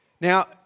Now